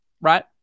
right